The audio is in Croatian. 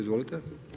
Izvolite.